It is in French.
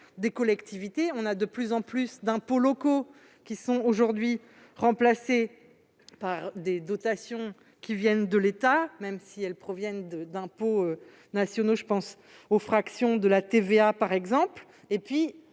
des collectivités. De plus en plus d'impôts locaux sont aujourd'hui remplacés par des dotations de l'État, même si elles proviennent d'impôts nationaux. Je pense aux fractions de la TVA, par exemple.